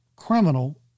criminal